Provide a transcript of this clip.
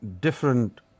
different